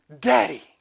Daddy